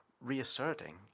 reasserting